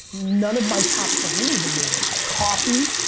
none of my top three even made it, coffee,